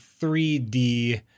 3D